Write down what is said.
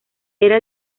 era